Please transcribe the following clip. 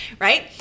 Right